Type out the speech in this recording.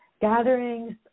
gatherings